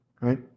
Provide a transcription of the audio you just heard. right